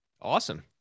Awesome